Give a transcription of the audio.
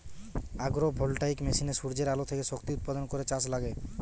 agro voltaic মেশিনে সূর্যের আলো থেকে শক্তি উৎপাদন করে চাষে লাগে